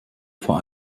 vor